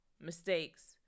mistakes